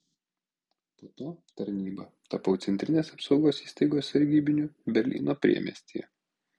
po to tarnyba tapau centrinės apsaugos įstaigos sargybiniu berlyno priemiestyje